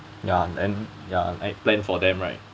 ya then ya I plan for them right